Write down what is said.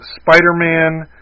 Spider-Man